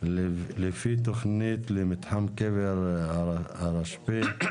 לפי תכנית למתחם קבר הרשב"י